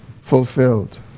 fulfilled